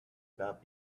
about